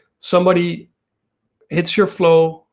somebody hits your flow,